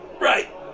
Right